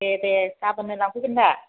दे दे गाबोननो लांफैगोन दा